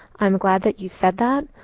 i'm glad that you said that.